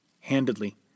handedly